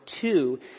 two